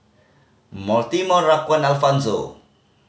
Mortimer Raquan and Alfonzo